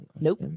Nope